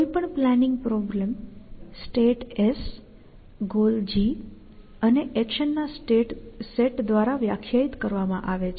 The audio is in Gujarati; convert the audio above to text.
કોઈ પણ planning problem state S goal g અને એક્શનના સેટ દ્વારા વ્યાખ્યાયિત કરવામાં આવે છે